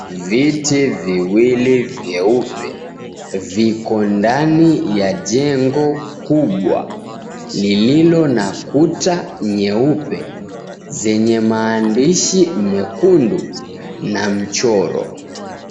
Viti viwili vyeupe, viko ndani ya jengo kubwa, lililo na kuta nyeupe, zenye maandishi mekundu na mchoro.